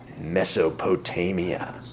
Mesopotamia